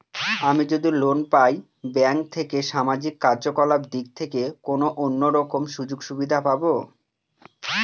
আমি যদি লোন পাই ব্যাংক থেকে সামাজিক কার্যকলাপ দিক থেকে কোনো অন্য রকম সুযোগ সুবিধা পাবো?